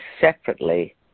separately